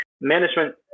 management